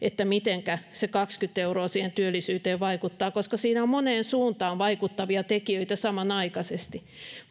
mitenkä se kaksikymmentä euroa siihen työllisyyteen vaikuttaa koska siinä on moneen suuntaan vaikuttavia tekijöitä samanaikaisesti